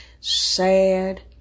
sad